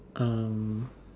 um